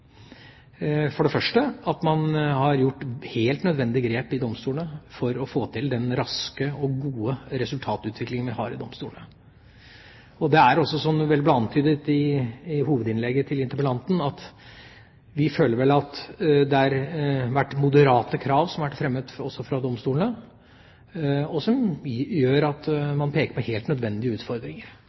for det første ved at man har gjort helt nødvendige grep i domstolene for å få til den raske og gode resultatutviklingen vi har i domstolene. Det er også, som det vel ble antydet i hovedinnlegget til interpellanten, slik at vi føler vel at det har vært moderate krav som har vært fremmet også fra domstolene, som gjør at man peker på helt nødvendige utfordringer,